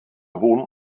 hohen